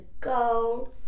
go